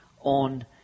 on